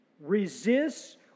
resists